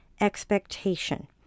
expectation